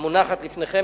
המונחת לפניכם.